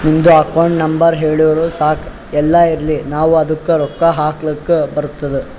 ನಿಮ್ದು account number ಹೇಳುರು ಸಾಕ್ ಎಲ್ಲೇ ಇರ್ಲಿ ನಾವೂ ಅದ್ದುಕ ರೊಕ್ಕಾ ಹಾಕ್ಲಕ್ ಬರ್ತುದ್